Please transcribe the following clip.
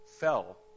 fell